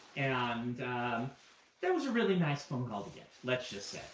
and that was a really nice phone call to get, let's just